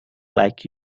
like